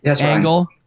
angle